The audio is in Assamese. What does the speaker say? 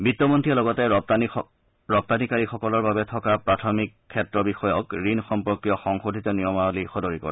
বিত্তমন্ত্ৰীয়ে লগতে ৰপ্তানিকাৰীসকলৰ বাবে থকা প্ৰাথমিক ক্ষেত্ৰ বিষয়ক ঋণ সম্পৰ্কীয় সংশোধিত নিয়মাৱলী সদৰি কৰে